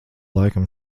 laikam